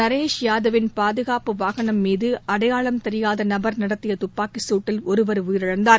நரேஷ் யாதவின் பாதுகாப்பு வாகனம் மீது அடையாளம் தெரியாத நபர் நடத்திய துப்பாக்கிச் சூட்டில் ஒருவர் உயிரிழந்தார்